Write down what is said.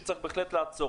שצריך בהחלט לעצור,